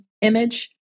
image